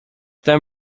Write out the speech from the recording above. them